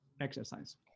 Exercise